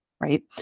Right